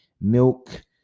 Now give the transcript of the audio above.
milk